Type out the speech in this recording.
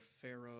Pharaoh